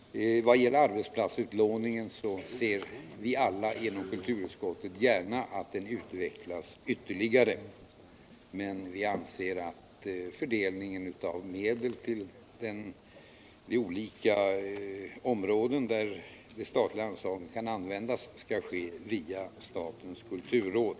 Vad gäller arbetsplatsutlåningen ser vi alla i kulturutskottet gärna att den utvecklas ytterligare, men vi anser att fördelningen av medel till de olika områden där de statliga anslagen kan användas skall ske via statens kulturråd.